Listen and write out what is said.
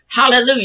Hallelujah